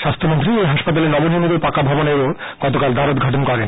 স্বাস্হ্যমন্ত্রী এই হাসপাতালের নবনির্মিত পাকাভবনেরও গতকাল দ্বারোদ্বাটন করেন